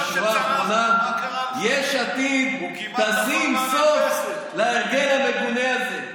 והשורה האחרונה: "יש עתיד תשים סוף להרגל המגונה הזה".